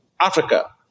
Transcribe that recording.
Africa